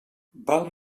val